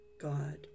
God